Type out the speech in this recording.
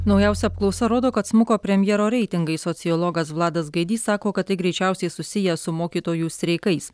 naujausia apklausa rodo kad smuko premjero reitingai sociologas vladas gaidys sako kad tai greičiausiai susiję su mokytojų streikais